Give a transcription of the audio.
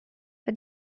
for